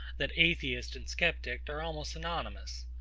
that atheist and sceptic are almost synonymous.